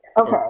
Okay